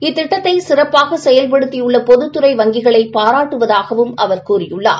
இத்திட்டத்தை சிறப்பாக செயல்படுத்தி உள்ள பொதுத்துறை வங்கிகளை பாராட்டுவதாகவும் அவர் கூறியுள்ளார்